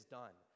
done